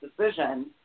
decision